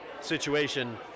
situation